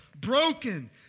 broken